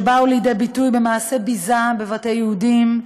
שבאו לידי ביטוי במעשי ביזה בבתי יהודים,